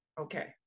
Okay